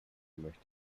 möchte